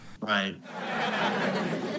Right